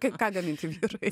kaip ką gaminti vyrui